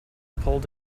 pulled